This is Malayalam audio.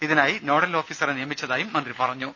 ഇതിനായി നോഡൽ ഓഫീസർമാരെ നിയമിച്ചതായി മന്ത്രി പറഞ്ഞു